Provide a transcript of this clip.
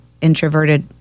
introverted